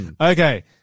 okay